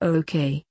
okay